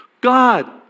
God